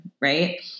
right